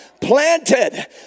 planted